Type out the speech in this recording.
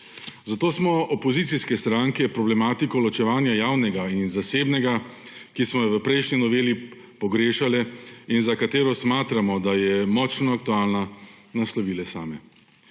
Zato smo opozicijske stranke problematiko ločevanja javnega in zasebnega, ki smo jo v prejšnji noveli pogrešale in za katero smatramo, da je močno aktualna, naslovile same.